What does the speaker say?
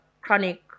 chronic